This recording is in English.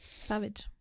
Savage